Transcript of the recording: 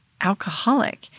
alcoholic